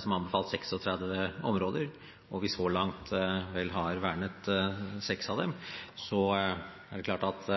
som har anbefalt 36 områder, og vi så langt vel har vernet seks av dem, er det klart at